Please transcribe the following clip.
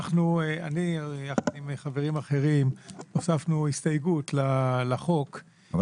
אני יחד עם חברים אחרים הוספנו הסתייגות לחוק --- אבל